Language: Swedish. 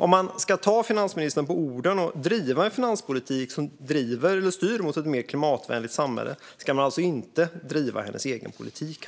Om man ska ta finansministern på orden och driva en finanspolitik som styr mot ett mer klimatvänligt samhälle ska man alltså inte driva hennes egen politik.